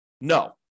No